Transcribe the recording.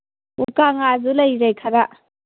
ꯃꯨꯀꯥꯉꯥꯁꯨ ꯂꯩꯔꯦ ꯈꯔ